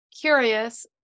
curious